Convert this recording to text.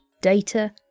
data